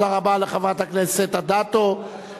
תודה רבה לחברת הכנסת אדטו,